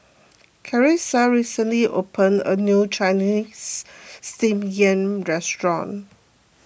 Carissa recently opened a new Chinese Steamed Yam restaurant